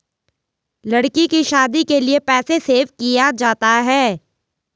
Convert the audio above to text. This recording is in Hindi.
लड़की की शादी के लिए पैसे सेव किया जाता है